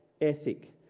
ethic